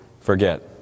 forget